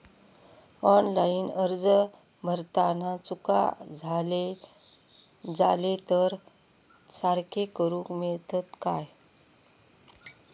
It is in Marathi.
ऑनलाइन अर्ज भरताना चुका जाले तर ते सारके करुक मेळतत काय?